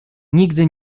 nigdy